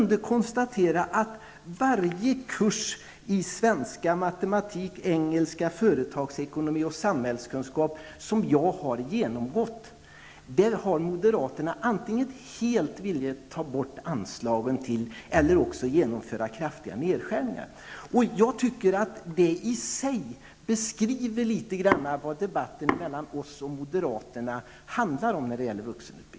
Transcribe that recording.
Jag kunde då konstatera att varje kurs i svenska, matematik, engelska, företagsekonomi och samhällskunskap som jag har genomgått har moderaterna antingen helt velat ta bort anslagen till eller också genomföra kraftiga nedskärningar för. Jag anser att detta i sig beskriver litet grand vad debatten mellan socialdemokraterna och moderaterna handlar om när det gäller vuxenutbildningen.